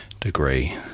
degree